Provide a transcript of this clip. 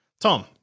Tom